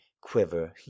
quiver